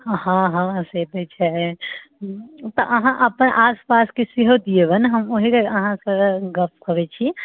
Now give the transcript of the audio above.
हँ हँ से तऽ छै तऽ अहाँ तऽ अपन आसपास किछु सेहो दिअबनि हम ओहि जग अहाँसँ गप करैत छी